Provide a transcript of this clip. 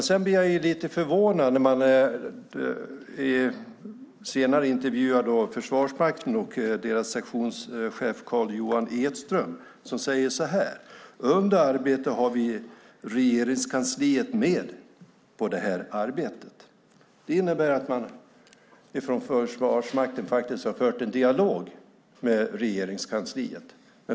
Sedan blir jag dock lite förvånad när man senare intervjuar Försvarsmakten och deras sektionschef Carl-Johan Edström som säger så här: Under arbetet har vi Regeringskansliet med på detta arbete. Det innebär att man från Försvarsmakten faktiskt har fört en dialog med Regeringskansliet.